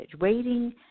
waiting